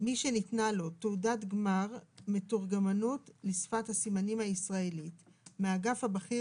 מי שניתנה לו תעודת גמר מתורגמנות לשפת הסימנים הישראלית מהאגף הבכיר